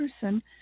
person